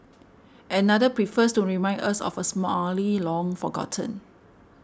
another prefers to remind us of a simile long forgotten